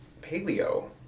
paleo